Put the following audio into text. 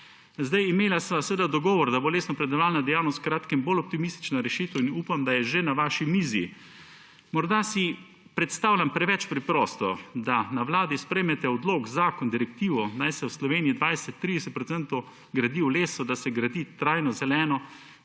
mejo. Imela sva seveda dogovor, da bo lesnopredelovalna dejavnost v kratkem bolj optimistična rešitev; in upam, da je že na vaši mizi. Morda si predstavljam preveč preprosto – da na vladi sprejmete odlok, zakon, direktivo, naj se v Sloveniji 20, 30 % gradi v lesu, da se gradi trajno, zeleno,